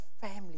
family